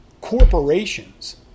corporations